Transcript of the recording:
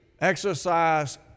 exercise